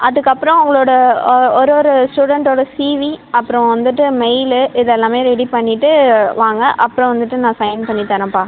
அதற்கப்புறம் அவங்களோட ஒரு ஒரு ஸ்டூடெண்ட்டோட சிவி அப்புறம் வந்துவிட்டு மெய்ல்லு இதெல்லாமே ரெடி பண்ணிவிட்டு வாங்க அப்புறம் வந்துவிட்டு நான் சைன் பண்ணித் தரேன்ப்பா